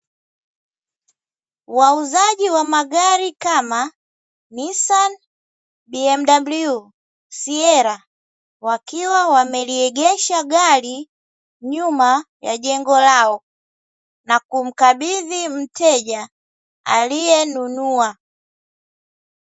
Wauzaji wa magari kama "Nissan, BMW, Sierra", wakiwa wameliegesha gari nyuma ya jengo lao na kumkabidhi mteja aliyenunua.